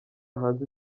hanze